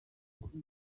kuri